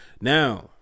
Now